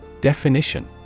Definition